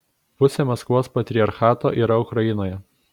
pusė maskvos patriarchato yra ukrainoje